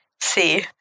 See